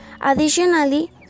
Additionally